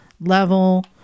level